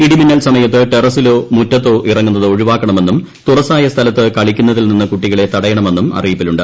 ഇടിമിന്നൽ സമയത്ത് ടെറസിലോ മുറ്റത്തോ ഇറങ്ങുന്നത് ഒഴിവാക്കണമെന്നും തുറസ്സായ സ്ഥലത്ത് കളിക്കുന്നതിൽ നിന്ന് കുട്ടികളെ തടയണമെന്നും അറിയിപ്പിലുണ്ട്